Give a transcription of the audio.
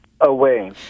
away